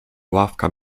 ławka